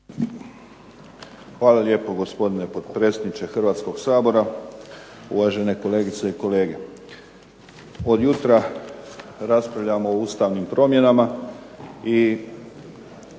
Hvala lijepo gospodine potpredsjedniče Hrvatskog sabora, uvažene kolegice i kolege. Od jutra raspravljamo o ustavnim promjenama i